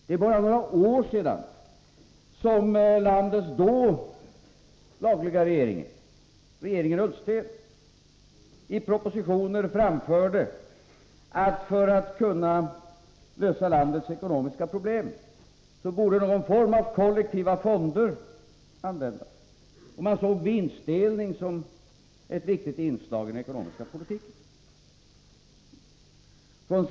Det är bara några år sedan som landets då lagliga regering — regeringen Ullsten — i proposition framförde att vi, för att lösa landets ekonomiska problem, borde använda någon form av kollektiva fonder. Man såg vinstdelning som ett viktigt inslag i den ekonomiska politiken.